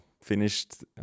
finished